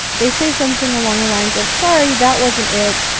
they say something along the lines of, sorry, that wasn't it,